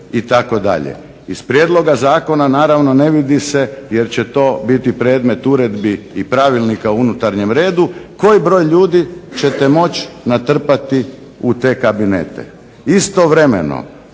Iz prijedloga zakona naravno ne vidi se jer će to biti predmet uredbi i pravilnika u unutarnjem redu koji broj ljudi ćete moć natrpati u te kabinete. Istovremeno